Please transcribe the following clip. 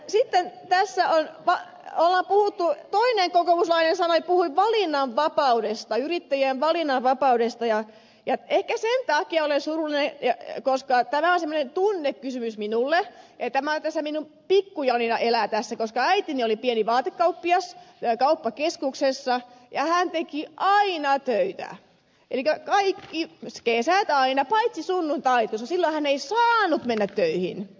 sitten tässä on puhuttu toinen kokoomuslainen puhui valinnanvapaudesta yrittäjien valinnanvapaudesta ja ehkä sen takia olen surullinen koska tämä on sellainen tunnekysymys minulle että minun pikku janinani elää tässä koska äitini oli pieni vaatekauppias kauppakeskuksessa ja hän teki aina töitä kaikki kesät aina paitsi sunnuntait koska silloin hän ei saanut mennä töihin